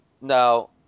Now